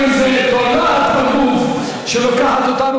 יש לנו איזו תולעת בגוף שלוקחת אותנו,